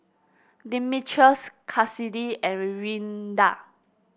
Dimitrios Kassidy and Rinda